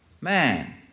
man